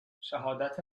شهادت